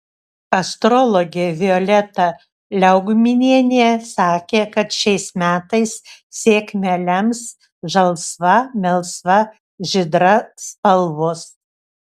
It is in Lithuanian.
astrologė violeta liaugminienė sakė kad šiais metais sėkmę lems žalsva melsva žydra spalvos